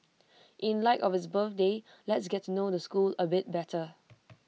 in light of its birthday let's get to know the school A bit better